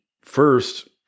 first